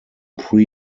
pre